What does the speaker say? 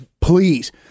Please